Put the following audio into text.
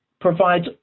provides